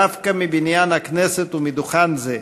דווקא מבניין הכנסת ומדוכן זה,